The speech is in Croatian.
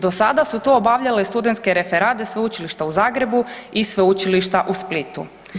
Do sada su to obavljale studentske referade Sveučilišta u Zagrebu i Sveučilišta u Splitu.